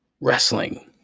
Wrestling